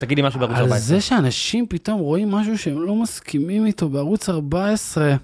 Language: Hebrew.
אנשים פתאום רואים משהו שהם לא מסכימים איתו בערוץ 14.